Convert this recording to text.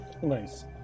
Nice